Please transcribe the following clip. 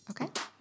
okay